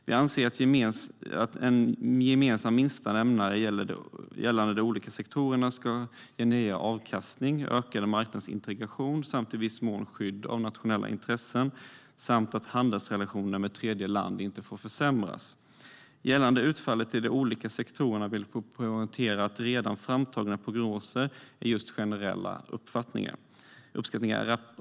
Vi anser att en gemensam minsta nämnare gällande de olika sektorerna ska generera avkastning, ökad marknadsintegration och i viss mån skydd av nationella intressen samt att handelsrelationer med tredjeland inte får försämras. Gällande utfallet i de olika sektorerna vill vi poängtera att redan framtagna prognoser är just generella uppskattningar.